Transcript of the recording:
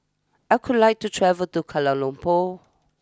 I could like to travel to Kuala Lumpur